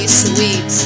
sweet